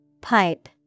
Pipe